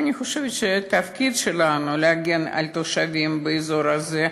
אני חושבת שהתפקיד שלנו הוא להגן על תושבים באזור הזה,